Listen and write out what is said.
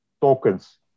tokens